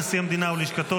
נשיא המדינה ולשכתו,